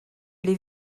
les